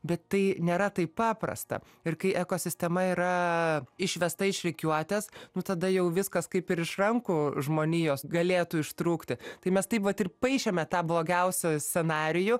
bet tai nėra taip paprasta ir kai ekosistema yra išvesta iš rikiuotės nu tada jau viskas kaip ir iš rankų žmonijos galėtų ištrūkti tai mes taip vat ir paišėme tą blogiausią scenarijų